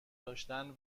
داشتن